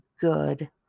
good